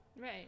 right